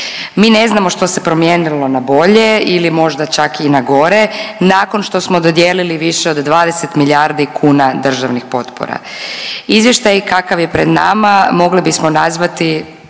Mi ne znamo što se promijenilo na bolje ili možda čak i na gore nakon što smo dodijelili više od 20 milijardu kuna državnih potpora. Izvještaj kakav je pred nama mogli bismo nazvati,